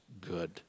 good